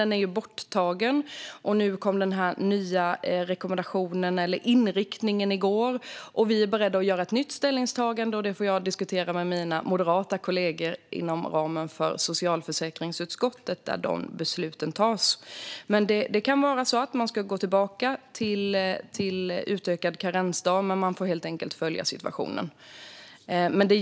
Nu är den borttagen, och den nya inriktningen kom i går. Vi är beredda att göra ett nytt ställningstagande, vilket jag får diskutera med mina moderata kollegor inom ramen för socialförsäkringsutskottet, där de besluten tas. Det kan vara så att man ska gå tillbaka till slopad karensdag; man får helt enkelt följa situationen.